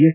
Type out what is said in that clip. S